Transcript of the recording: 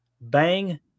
Bang